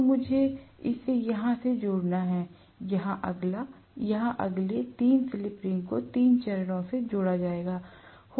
तो मुझे इसे यहाँ से जोड़ना है यहाँ अगला यहाँ अगले 3 स्लिप रिंग को तीन चरणों से जोड़ा जाएगा